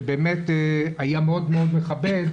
שבאמת היה מאוד מאוד מכבד,